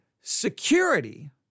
security